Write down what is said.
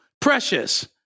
Precious